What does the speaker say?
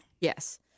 Yes